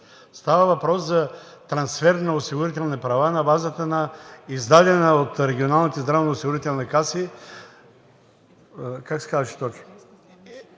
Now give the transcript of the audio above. Става въпрос за трансфер на осигурителни права на базата на издадена от регионалните здравноосигурителни каси